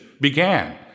began